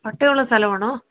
പട്ടയുള്ള സ്ഥലമാണോ